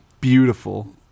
Beautiful